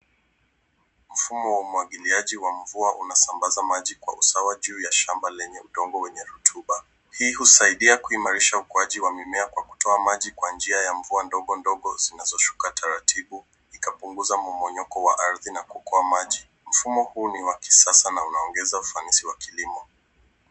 Mfumo wa umwagiliaji wa mvua unasambaza maji kwa usawa juu ya shamba lenye udongo wenye rutuba. Hii husaidia kuimarisha ukuaji wa mimea kwa kutoa maji kwa njia ya mvua ndogo ndogo zinazoshuka taratibu, ikapunguza mmonyoko wa ardhi na kukwaa maji. Mfumo huu ni wa kisasa na unaongeza ufanisi wa kilimo.